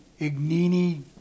Ignini